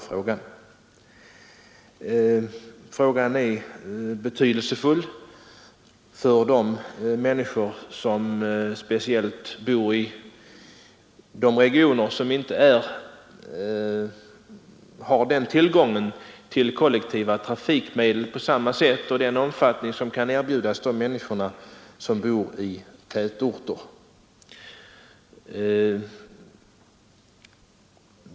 Frågan är betydelsefull speciellt för de Onsdagen den människor som bor i regioner där man inte har tillgång till kollektiva 3 april 1974 trafikmedel på samma sätt och i samma omfattning som människor som bor i tätorter.